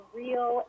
real